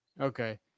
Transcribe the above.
Okay